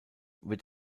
wird